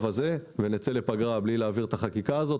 הזה ונצא לפגרה בלי להעביר את החקיקה הזאת,